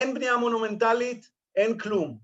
‫אין בנייה מונומנטלית, אין כלום.